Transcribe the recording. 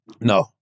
No